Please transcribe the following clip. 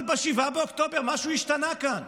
אבל ב-7 באוקטובר משהו השתנה כאן.